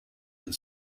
and